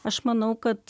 aš manau kad